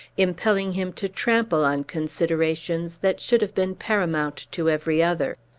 impelling him to trample on considerations that should have been paramount to every other.